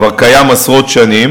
כבר קיים עשרות שנים.